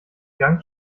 gang